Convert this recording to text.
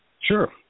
Sure